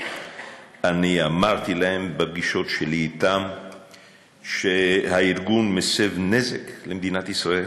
אני אמרתי להם בפגישות שלי אתם שהארגון מסב נזק למדינת ישראל,